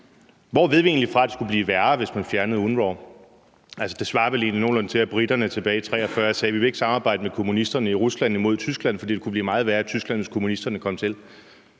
Hvor ved vi egentlig fra, at det skulle blive værre, hvis man fjernede UNRWA? Det svarer vel egentlig nogenlunde til, at briterne tilbage i 1943 sagde, at de ikke vil samarbejde med kommunisterne i Rusland imod Tyskland, fordi det kunne blive meget værre i Tyskland, hvis kommunisterne kom til.